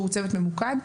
שהוא צוות ממוקד,